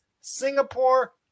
Singapore